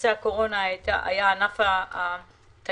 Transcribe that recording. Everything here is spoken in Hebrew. ממשבר הקורונה היה ענף התיירות,